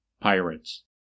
pirates